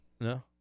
No